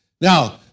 Now